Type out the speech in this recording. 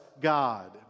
God